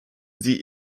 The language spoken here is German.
sie